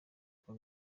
kwa